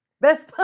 Best